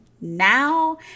now